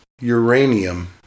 uranium